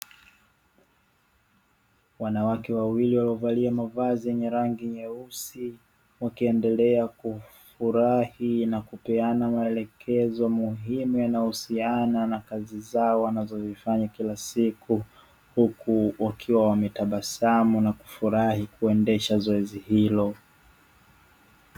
Wanawake wawili waliovalia mavazi yenye rangi nyeusi, wakiendelea kufurahi na kupeana maelekezo muhimu yanayohusiana na kazi zao wanazozifanya kila siku; huku wakiwa wametabasamu na kufurahi kuendesha zoezi hilo.